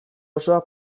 osoa